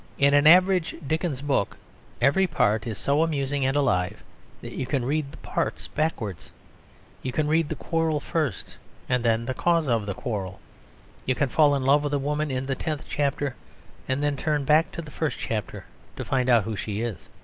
in an average dickens book every part is so amusing and alive that you can read the parts backwards you can read the quarrel first and then the cause of the quarrel you can fall in love with a woman in the tenth chapter and then turn back to the first chapter to find out who she is.